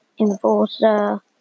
enforcer